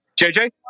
JJ